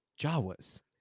Jawas